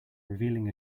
revealing